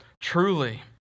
truly